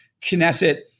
Knesset